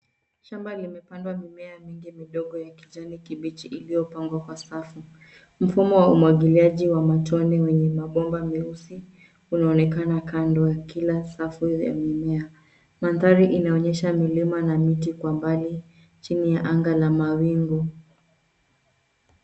Shamba limepandwa mimea mingi midogo ya kijani kibichi iliyopangwa kwa safu. Mfumo wa umwagiliaji wa matone wenye mabomba meusi, unaonekana kando ya kila safu ya mimea. Mandhari inaonyesha milima na miti kwa mbali, chini ya anga la mawingu.